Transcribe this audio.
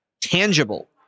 tangible